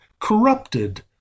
corrupted